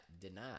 deny